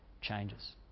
changes